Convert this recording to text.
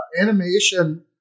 animation